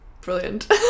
brilliant